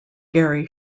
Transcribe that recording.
gary